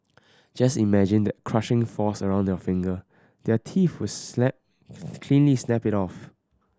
just imagine that crushing force around your finger their teeth would snap cleanly snap it off